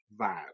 vibe